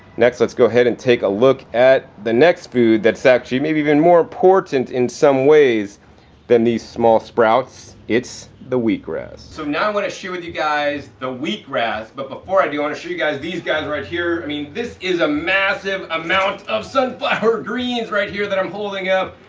next let's go ahead and take a look at the next food that's actually maybe even more important in some ways than these small sprouts. it's the wheatgrass. so now i'm going to share with you guys the wheatgrass. but before i do, i want to show you guys these guys right here. i mean, this is a massive amount of sunflower greens right here that i'm holding out.